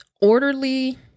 orderly